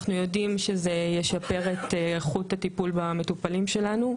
אנחנו יודעים שזה ישפר את איכות הטיפול במטופלים שלנו.